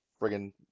friggin